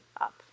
up